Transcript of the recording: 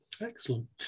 Excellent